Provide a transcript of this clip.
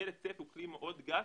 היטל היצף הוא כלי מאוד גס,